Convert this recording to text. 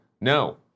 No